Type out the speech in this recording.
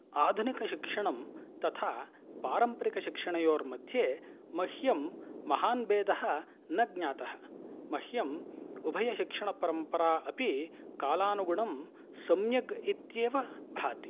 आधुनिकशिक्षणं तथा पारम्परिकशिक्षणयोः मध्ये मह्यं महान् भेदः न ज्ञातः मह्यम् उभयशिक्षणपरम्परा अपि कालानुगुणं सम्यग् इत्येव भाति